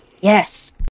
Yes